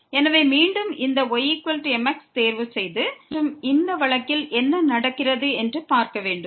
எனவே மீண்டும் இந்த ymxஐ தேர்வு செய்து மற்றும் இந்த வழக்கில் என்ன நடக்கிறது என்று பார்க்க வேண்டும்